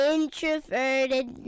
Introverted